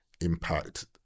impact